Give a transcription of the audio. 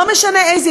לא משנה איזה,